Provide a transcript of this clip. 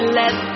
let